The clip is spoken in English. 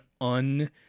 un-